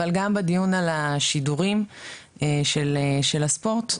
אבל גם בדיון על השידורים של הספורט,